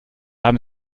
haben